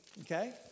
Okay